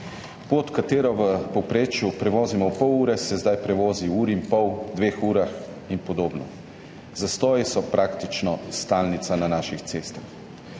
Pot, ki jo v povprečju prevozimo v pol ure, se zdaj prevozi v uri in pol, dveh urah in podobno. Zastoji so praktično stalnica na naših cestah.